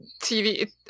TV